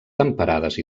temperades